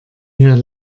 hier